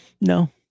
No